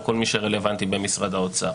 עם כל מי שרלוונטי במשרד האוצר.